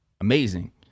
amazing